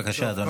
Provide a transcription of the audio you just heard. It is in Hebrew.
בבקשה, אדוני.